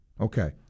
Okay